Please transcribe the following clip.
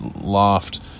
loft